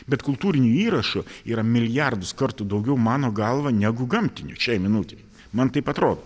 bet kultūrinių įrašų yra milijardus kartų daugiau mano galva negu gamtinių šiai minutei man taip atrodo